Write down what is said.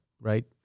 right